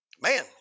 Man